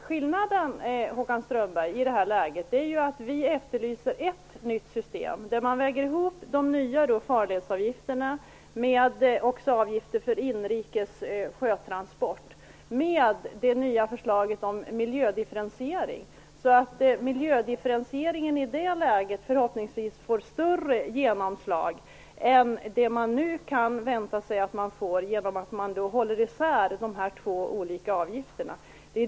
Skillnaden i det här läget, Håkan Strömberg, är att vi efterlyser ett nytt system, där man väger ihop de nya farledsavgifterna med avgifter för inrikes sjötransport med det nya förslaget om miljödifferentiering, så att denna i det läget förhoppningsvis får större genomslag än det som man nu kan vänta sig få genom att hålla isär de två olika avgifterna.